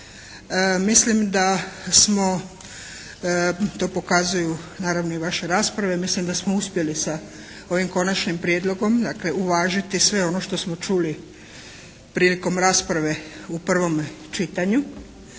mislim da smo uspjeli sa ovim konačnim prijedlogom dakle uvažiti sve ono što smo čuli prilikom rasprave u prvom čitanju,